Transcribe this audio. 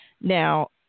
now